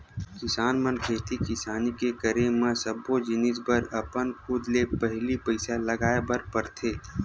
किसान मन खेती किसानी के करे म सब्बो जिनिस बर अपन खुदे ले पहिली पइसा लगाय बर परथे